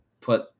put